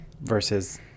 versus